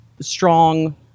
strong